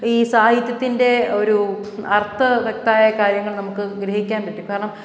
ഈ സാഹിത്യത്തിൻ്റെ ഒരു അർത്ഥവത്തായ കാര്യങ്ങൾ നമുക്ക് ഗ്രഹിക്കാൻ പറ്റും കാരണം